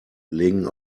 legen